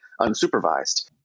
unsupervised